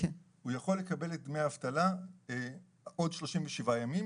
הוא יכול לקבל את דמי האבטלה עוד 27 ימים,